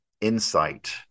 insight